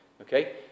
Okay